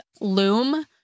Loom